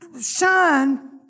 shine